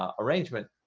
ah arrangement